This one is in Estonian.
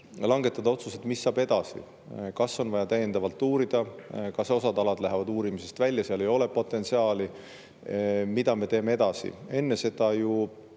langetada otsuseid, mis saab edasi: kas on vaja täiendavalt uurida, kas osa alasid lähevad uurimisest välja, sest seal ei ole potentsiaali, mida me teeme edasi. Enne seda ju